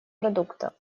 продукта